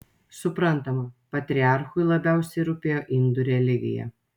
suprantama patriarchui labiausiai rūpėjo indų religija